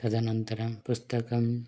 तदनन्तरं पुस्तकम्